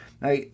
now